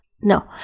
no